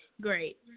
great